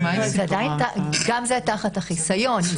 גם זה תחת החיסיון.